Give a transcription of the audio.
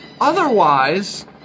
otherwise